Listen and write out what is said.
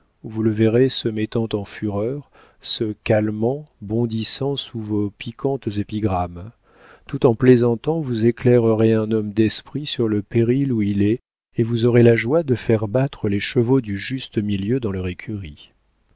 vous le verrez se mettant en fureur se calmant bondissant sous vos piquantes épigrammes tout en plaisantant vous éclairerez un homme d'esprit sur le péril où il est et vous aurez la joie de faire battre les chevaux du juste-milieu dans leur écurie